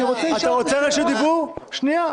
--- היא באה,